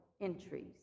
entries